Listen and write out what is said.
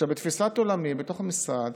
תפיסת עולמי, בתוך המשרד,